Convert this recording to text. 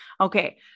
Okay